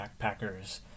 backpackers